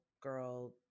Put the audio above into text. girl